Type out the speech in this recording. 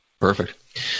Perfect